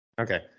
okay